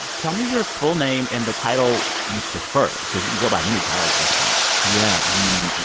tell me your full name and the title you prefer because you go by many titles at this point yeah. i mean,